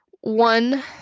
one